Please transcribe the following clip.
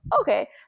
okay